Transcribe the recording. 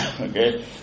okay